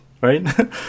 Right